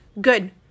good